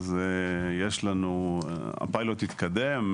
הפיילוט התקדם.